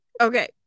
Okay